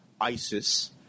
ISIS